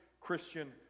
Christian